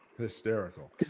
Hysterical